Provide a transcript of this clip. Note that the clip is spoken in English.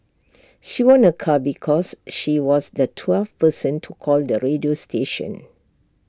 she won A car because she was the twelfth person to call the radio station